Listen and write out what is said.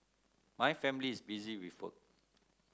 my family is busy with work